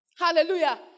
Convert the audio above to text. Hallelujah